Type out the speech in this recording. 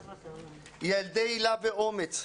ילדי היל"ה ואומץ,